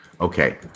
Okay